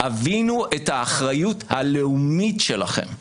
הבינו את האחריות הלאומית שלכם,